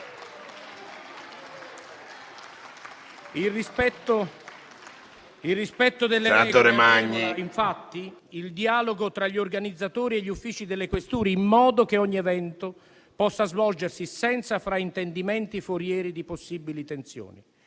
Il rispetto delle regole agevola, infatti, il dialogo tra gli organizzatori e gli uffici delle questure, in modo che ogni evento possa svolgersi senza fraintendimenti forieri di possibili tensioni.